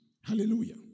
Hallelujah